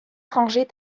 ranger